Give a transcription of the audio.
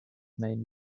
main